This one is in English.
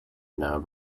now